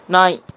நாய்